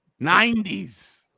90s